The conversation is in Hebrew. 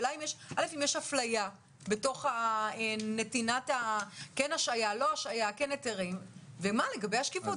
השאלה היא האם יש אפליה בתוך נתינת ההשעיה והיתרים ומה לגבי השקיפות?